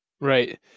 Right